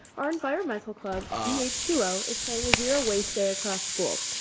our environmental club v h two o is planning a zero waste ah across school.